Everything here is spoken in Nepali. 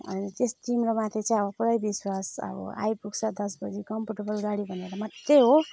अब त्यस तिम्रो माथि चाहिँ अब पुरै विश्वास अब आइपुग्छ दस बजी कम्फर्टेबल गाडी भनेर मात्रै हो